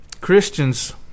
Christians